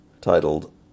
titled